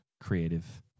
creative